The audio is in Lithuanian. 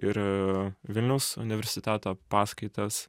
ir vilniaus universiteto paskaitas